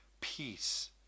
peace